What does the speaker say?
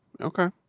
Okay